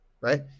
right